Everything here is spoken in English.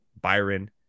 Byron